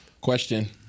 question